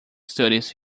studies